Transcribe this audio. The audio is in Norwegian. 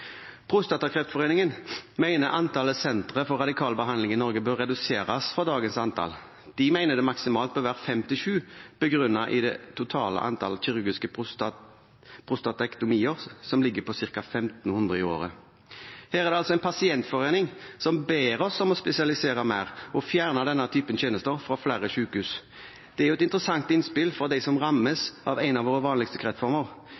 Prostatakreftforeningen mener antallet sentre for radikal behandling i Norge bør reduseres fra dagens antall. De mener det maksimalt bør være fem til sju, begrunnet i det totale antall kirurgiske prostatektomier, som ligger på ca. 1 500 i året. Her er det altså en pasientforening som ber oss om å spesialisere mer og fjerne denne typen tjenester fra flere sykehus. Det er jo et interessant innspill fra dem som rammes av en av våre vanligste kreftformer. De